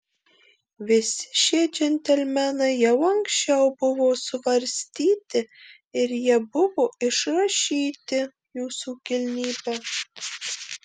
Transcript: visi šie džentelmenai jau anksčiau buvo svarstyti ir jie buvo išrašyti jūsų kilnybe